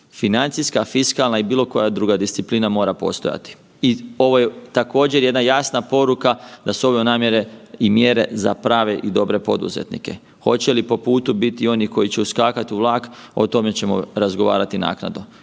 financijska, fiskalna i bilo koja druga disciplina mora postojati i ovo je također jedna jasna poruka da su ove namjere i mjere za prave i dobre poduzetnike. Hoće li po putu bit i oni koji će uskakat u vlak, o tome ćemo razgovarati naknadno.